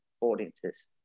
audiences